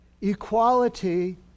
equality